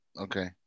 Okay